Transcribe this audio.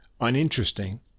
uninteresting